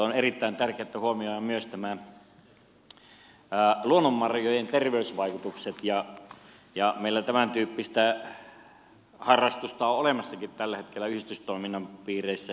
on erittäin tärkeää että huomioidaan myös nämä luonnonmarjojen terveysvaikutukset ja meillä tämäntyyppistä harrastusta on olemassakin tällä hetkellä yhdistystoiminnan piireissä